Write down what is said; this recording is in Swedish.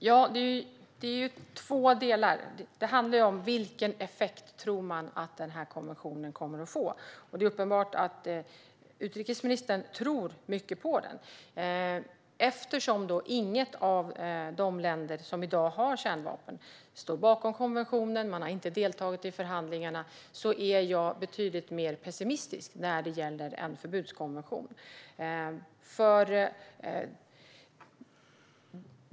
Fru talman! Det är två delar i detta. Det handlar om vilken effekt man tror att den här konventionen kommer att få, och det är uppenbart att utrikesministern tror mycket på den. Eftersom inget av de länder som i dag har kärnvapen står bakom konventionen - man har inte deltagit i förhandlingarna - är jag betydligt mer pessimistisk när det gäller en förbudskonvention.